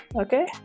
okay